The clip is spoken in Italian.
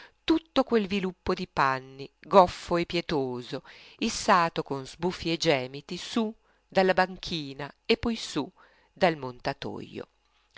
tutto quel viluppo di panni goffo e pietoso issato con sbuffi e gemiti su dalla banchina e poi su dal montatojo gli